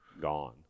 Gone